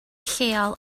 lleol